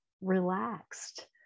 relaxed